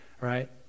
Right